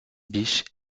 biche